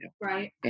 Right